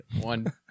one